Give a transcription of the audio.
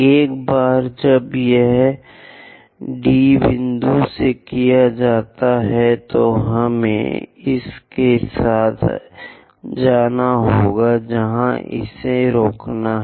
एक बार जब यह D बिंदु से किया जाता है तो हमें इसके साथ जाना होगा जहां इसे रोकना है